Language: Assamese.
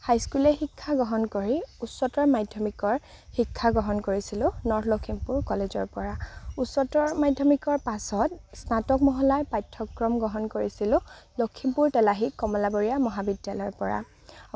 হাইস্কুলীয়া শিক্ষা গ্ৰহণ কৰি উচ্চতৰ মাধ্যমিকৰ শিক্ষা গ্ৰহণ কৰিছিলো নৰ্থ লক্ষীমপুৰ কলেজৰ পৰা উচ্চতৰ মাধ্যমিকৰ পাছত স্নাতক মহলাৰ পাঠ্যক্ৰম গ্ৰহণ কৰিছিলো লক্ষীমপুৰ তেলাহী কমলাবৰীয়া মহাবিদ্যালয়ৰ পৰা